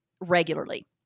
regularly